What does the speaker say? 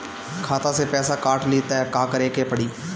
खाता से पैसा काट ली त का करे के पड़ी?